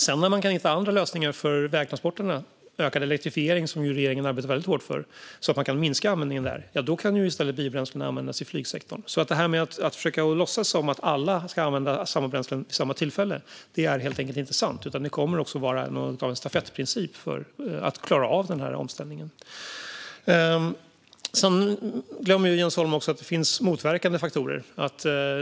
När man sedan kan hitta andra lösningar för vägtransporterna - regeringen arbetar väldigt hårt för ökad elektrifiering, så att man kan minska användningen där - kan i stället biobränslen användas i flygsektorn. Att låtsas som om alla ska använda samma bränslen vid samma tillfälle blir helt enkelt fel. Det kommer också att vara något av en stafettprincip för att man ska klara av omställningen. Sedan glömmer Jens Holm att det finns motverkande faktorer.